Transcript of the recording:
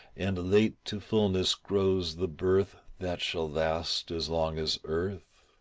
and late to fulness grows the birth that shall last as long as earth.